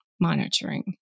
monitoring